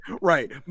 right